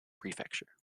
prefecture